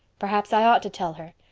perhaps i ought to tell her.